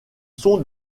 sont